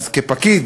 אז כפקיד,